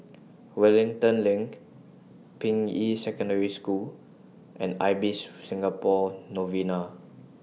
Wellington LINK Ping Yi Secondary School and Ibis Singapore Novena